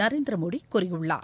நரேந்திர மோடி கூறியுள்ளார்